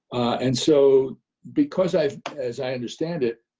and so because i as i understand it,